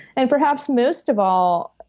and perhaps, most of all,